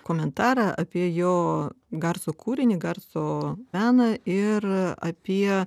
komentarą apie jo garsų kūrinį garso meną ir apie